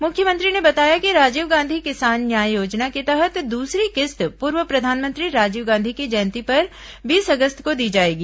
मुख्यमंत्री ने बताया कि राजीव गांधी किसान न्याय योजना के तहत दूसरी किस्त पूर्व प्रधानमंत्री राजीव गांधी की जयंती पर बीस अगस्त को दी जाएगी